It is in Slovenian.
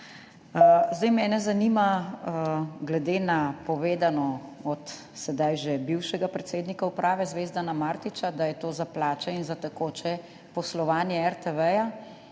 narodno skupnost. Glede na povedano od sedaj že bivšega predsednika uprave Zvezdana Martića, da je to za plače in za tekoče poslovanje RTV,